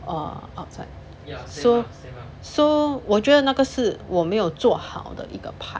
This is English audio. err outside so so 我觉得那个是我没有做好的一个 part